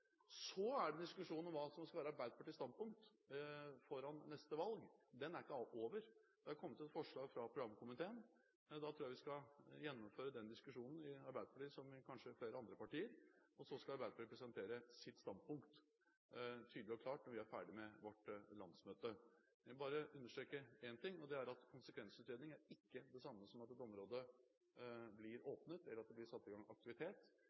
Så er det en diskusjon om hva som skal være Arbeiderpartiets standpunkt foran neste valg – den er ikke over. Det er kommet et forslag fra programkomiteen, men jeg tror vi skal gjennomføre den diskusjonen i Arbeiderpartiet – som kanskje i flere andre partier – og så skal Arbeiderpartiet presentere sitt standpunkt tydelig og klart når vi er ferdig med vårt landsmøte. Jeg vil bare understreke én ting: Konsekvensutredning er ikke det samme som at et område blir åpnet, eller at det blir satt i gang aktivitet.